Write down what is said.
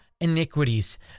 iniquities